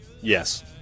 Yes